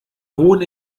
hohen